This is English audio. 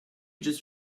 just